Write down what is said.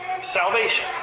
salvation